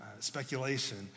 Speculation